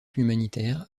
humanitaire